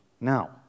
now